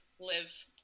live